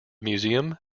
museum